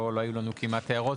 לא היו לנו כמעט הערות,